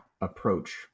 approach